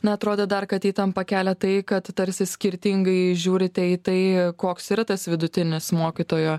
na atrodė dar kad įtampą kelia tai kad tarsi skirtingai žiūrite į tai koks yra tas vidutinis mokytojo